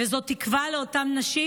וזו תקווה לאותן נשים.